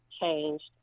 changed